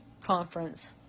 conference